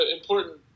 important